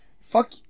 fuck